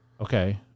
Okay